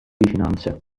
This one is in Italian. vicinanze